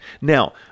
Now